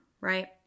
right